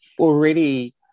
already